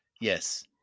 yes